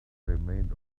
remained